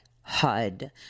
HUD